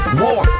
war